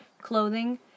clothing